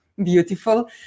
beautiful